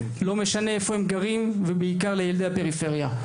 לא משנה איפה הם גרים ובעיקר לילדי הפריפריה.